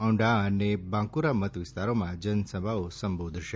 ઓંડા અને બાકુરા મતવિસ્તારોમાં જનસભાઓ સંબોધશે